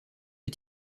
les